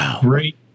great